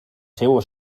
seua